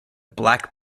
black